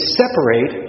separate